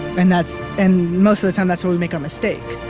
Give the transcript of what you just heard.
and that's and most of the time, that's where we make our mistake.